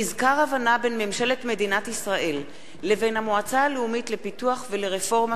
מזכר הבנה בין ממשלת מדינת ישראל לבין המועצה הלאומית לפיתוח ולרפורמה